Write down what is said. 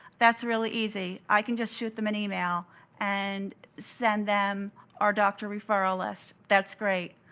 that's really easy. i could just shoot them an email and send them our doctor referral list. that's great,